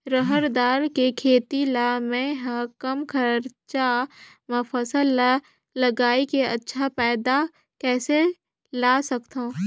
रहर दाल के खेती ला मै ह कम खरचा मा फसल ला लगई के अच्छा फायदा कइसे ला सकथव?